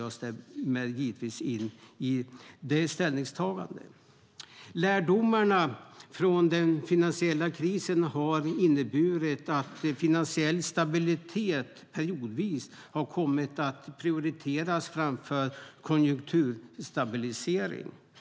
Jag stämmer givetvis in i det ställningstagandet. Lärdomarna från den finansiella krisen har inneburit att finansiell stabilitet periodvis har kommit att prioriteras framför konjunkturstabilisering.